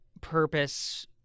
purpose